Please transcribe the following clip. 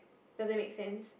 doesn't make sense